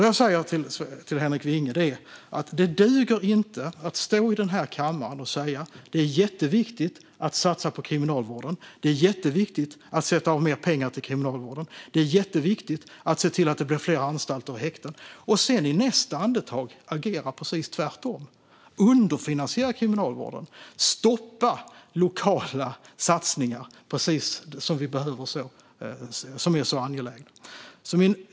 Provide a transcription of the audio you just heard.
Jag säger till Henrik Vinge att det inte duger att stå här i kammaren och säga att det är jätteviktigt att satsa på Kriminalvården, att det är jätteviktigt att sätta av mer pengar till Kriminalvården, att det är jätteviktigt att se till att det blir fler anstalter och häkten, och sedan i nästa andetag agera precis tvärtom och underfinansiera Kriminalvården och stoppa så angelägna lokala satsningar.